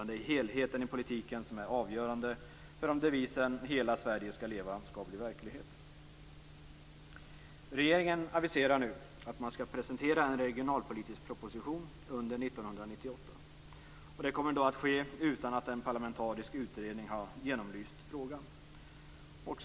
Det är helheten i politiken som är avgörande för om devisen "Hela Sverige skall leva" skall bli verklighet. Regeringen aviserar nu att den skall presentera en regionalpolitisk proposition under 1998. Detta kommer att ske utan att en parlamentarisk utredning har genomlyst frågan.